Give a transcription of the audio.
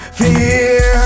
fear